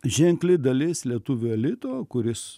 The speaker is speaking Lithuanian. ženkli dalis lietuvių elito kuris